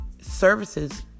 services